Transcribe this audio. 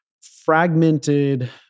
fragmented